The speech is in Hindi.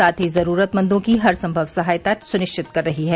साथ ही जरूरतमंदों की हरसंभव सहायता सुनिश्चित कर रही है